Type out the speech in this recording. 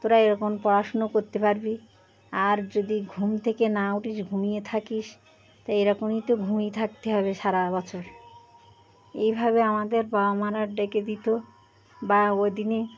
তোরা এরকম পড়াশুনো করতে পারবি আর যদি ঘুম থেকে না উঠিস ঘুমিয়ে থাকিস তা এরকমই তো ঘুমিয়ে থাকতে হবে সারা বছর এইভাবে আমাদের বাবা মারা ডেকে দিত বা ওই দিনে